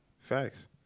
Facts